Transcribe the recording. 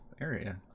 area